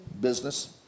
business